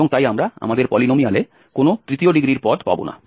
এবং তাই আমরা আমাদের পলিনোমিয়ালে কোনও তৃতীয় ডিগ্রির পদ পাব না